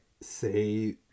say